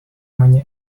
many